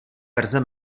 verze